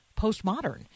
postmodern